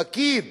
פקיד